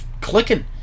clicking